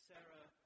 Sarah